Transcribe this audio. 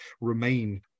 remain